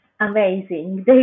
Amazing